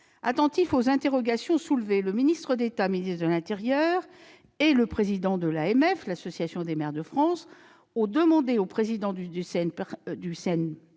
attentifs aux interrogations soulevées, le ministre d'État, ministre de l'intérieur, et le président de l'Association des maires de France, l'AMF, ont demandé au président du CNFPT